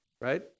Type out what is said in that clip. Right